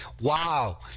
wow